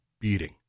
beating